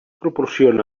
proporciona